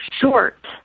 short